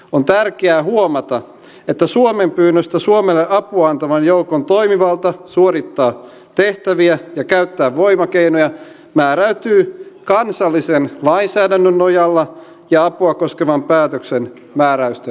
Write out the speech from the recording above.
on tärkeää huomata että suomen pyynnöstä suomelle apua antavan joukon toimivalta suorittaa tehtäviä ja käyttää voimakeinoja määräytyy kansallisen lainsäädännön nojalla ja apua koskevan päätöksen määräysten mukaan